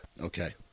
Okay